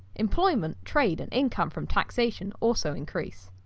employment, trade and income from taxation also increase.